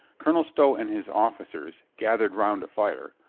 colonel stow and his offi cers, gathered round a fire,